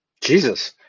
jesus